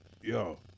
Yo